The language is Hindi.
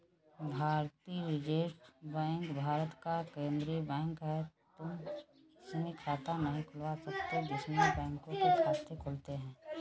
भारतीय रिजर्व बैंक भारत का केन्द्रीय बैंक है, तुम इसमें खाता नहीं खुलवा सकते इसमें बैंकों के खाते खुलते हैं